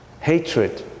hatred